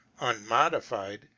unmodified